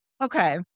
Okay